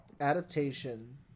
adaptation